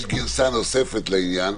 יש גרסה נוספת לעניין,